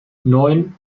neun